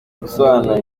gusobanura